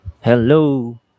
Hello